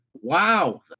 Wow